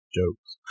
jokes